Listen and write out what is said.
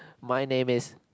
my name is